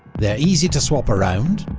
they're easy to swap around,